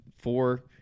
four